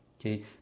Okay